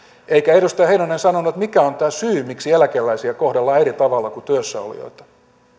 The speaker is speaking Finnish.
eikä edustaja heinonen sanonut mikä on tämä syy miksi eläkeläisiä kohdellaan eri tavalla kuin työssä olijoita